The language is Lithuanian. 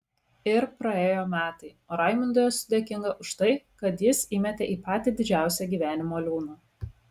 ir praėjo metai o raimundui esu dėkinga už tai kad jis įmetė į patį didžiausią gyvenimo liūną